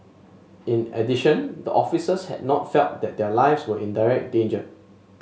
in addition the officers had not felt that their lives were in direct danger